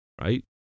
right